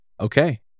Okay